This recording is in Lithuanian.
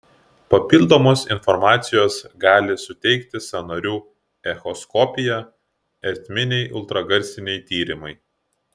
papildomos informacijos gali suteikti sąnarių echoskopija ertminiai ultragarsiniai tyrimai